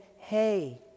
hey